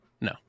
No